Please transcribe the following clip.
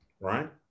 Right